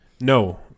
No